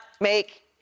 make